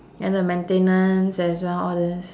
and the maintenance as well all this